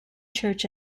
church